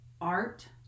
art